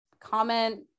comment